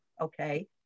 Okay